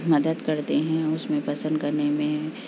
مدد کرتے ہیں اس میں پسند کرنے میں